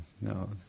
No